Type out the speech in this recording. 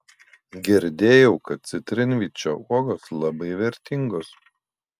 girdėjau kad citrinvyčio uogos labai vertingos